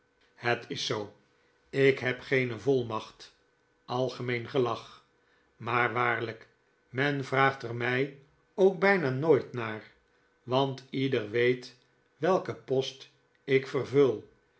het is zoo ik heb geene volmacht algemeen gelach maar waarlijk men vraagt er mij ook bijna nooit naar want ieder weet welken post ik vervul